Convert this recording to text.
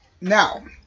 now